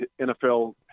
NFL